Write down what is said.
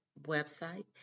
website